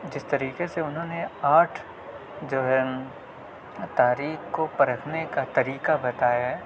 جس طریقے سے انہوں نے آٹھ جو ہے تاریخ کو پرکھنے کا طریقہ بتایا ہے